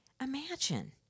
Imagine